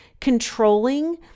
controlling